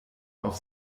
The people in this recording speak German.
auf